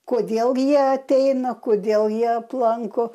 kodėl gi jie ateina kodėl jie aplanko